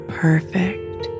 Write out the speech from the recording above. perfect